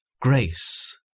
grace